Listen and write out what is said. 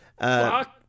Fuck